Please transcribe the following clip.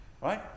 right